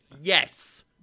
yes